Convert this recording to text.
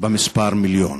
במספר מיליון.